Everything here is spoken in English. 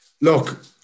look